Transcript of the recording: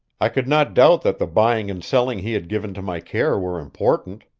i could not doubt that the buying and selling he had given to my care were important.